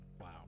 wow